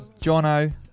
Jono